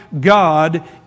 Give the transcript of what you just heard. God